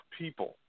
people